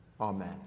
Amen